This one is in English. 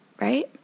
Right